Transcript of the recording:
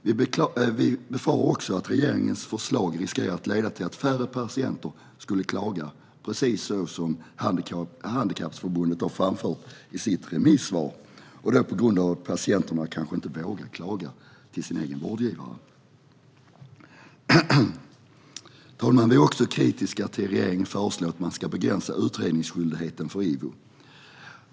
Vi befarar också att regeringens förslag riskerar att leda till att färre patienter skulle klaga, precis som Handikappförbunden har framfört i sitt remissvar, på grund av att patienterna kanske inte vågar klaga inför sin egen vårdgivare. Herr talman! Vi är också kritiska till att regeringen föreslår att man ska begränsa utredningsskyldigheten för IVO.